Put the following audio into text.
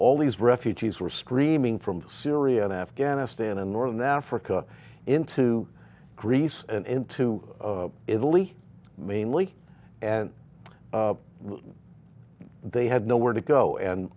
all these refugees were streaming from syria and afghanistan and northern africa into greece and into italy mainly and they had nowhere to go and